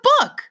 book